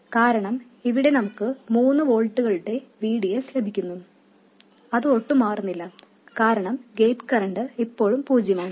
കാരണം ഇവിടെ നമുക്ക് മൂന്ന് വോൾട്ടുകളുടെ V G S ലഭിക്കുന്നു അത് ഒട്ടും മാറുന്നില്ല കാരണം ഗേറ്റ് കറന്റ് ഇപ്പോഴും പൂജ്യമാണ്